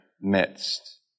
midst